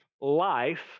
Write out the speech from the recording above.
life